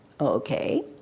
Okay